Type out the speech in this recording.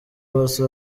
bose